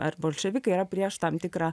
ar bolševikai yra prieš tam tikrą